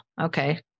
Okay